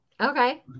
Okay